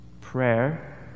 Prayer